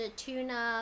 tuna，